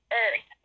earth